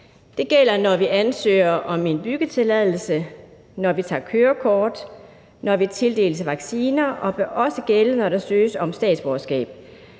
Det gælder, når vi ansøger om en byggetilladelse, når vi tager kørekort, når vi tildeles vacciner, og det vil også gælde, når der søges om statsborgerskab.